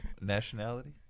Nationality